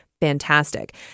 fantastic